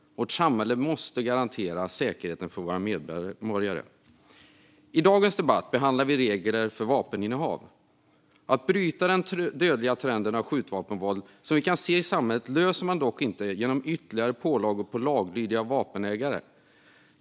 Vårt samhälle måste garantera säkerheten för våra medborgare. I dagens debatt behandlar vi regler för vapeninnehav. Att bryta den dödliga trenden av skjutvapenvåld i samhället löser man dock inte genom ytterligare pålagor på laglydiga vapenägare.